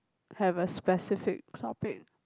have a specific topic